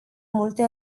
multe